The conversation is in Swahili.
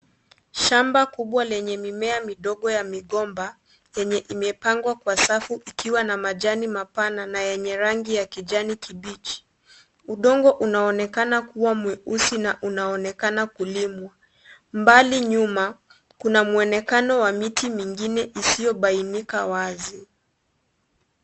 Shamba kubwa lenye mimea midogo ya migomba yenye imepangwa Kwa safu ikiwa na majani mapana na yenye rangi ya kijani kibichi , udongo unaonekana kuwa mweusi na unaonekana kulimwa. Mbali nyuma kuna mwonekano wa miti mingine isiyobainika wazi.